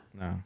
No